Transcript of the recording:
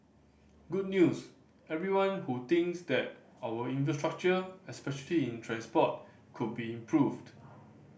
good news everyone who thinks that our infrastructure especially in transport could be improved